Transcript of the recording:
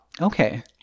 Okay